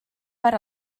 per